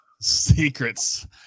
secrets